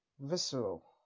visceral